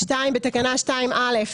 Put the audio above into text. בתקנה 2(א),